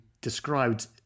described